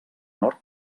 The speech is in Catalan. nord